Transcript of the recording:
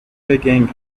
digging